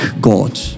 God